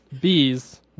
bees